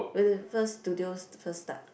when the first studio first start